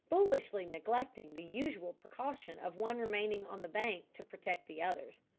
foolishly neglecting the usual precaution of one remaining on the bank to protect the others.